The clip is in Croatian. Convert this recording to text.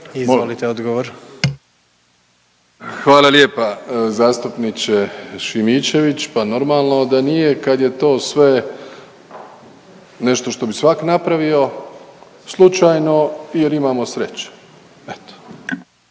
Andrej (HDZ)** Hvala lijepa zastupniče Šimičević. Pa normalno da nije kad je to sve nešto što bi svak napravio slučajno jer imamo sreće.